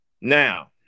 now